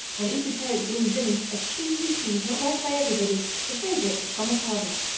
and esoteric blue vinny, a choosey cheese not liked by everybody, the favorite of thomas hardy.